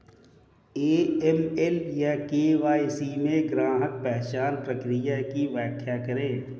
AML या KYC में ग्राहक पहचान प्रक्रिया की व्याख्या करें?